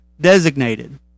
designated